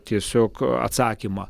tiesiog atsakymą